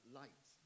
light